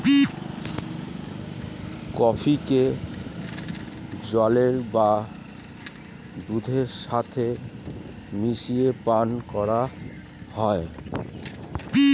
কফিকে জলের বা দুধের সাথে মিশিয়ে পান করা হয়